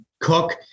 cook